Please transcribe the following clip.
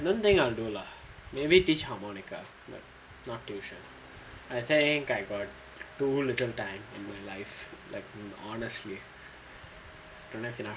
don't think I will do lah maybe teach harmonica not tuition I think I got too little time in my life like honestly